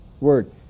word